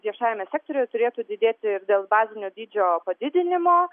viešajame sektoriuje turėtų didėti ir dėl bazinio dydžio padidinimo